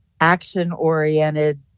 action-oriented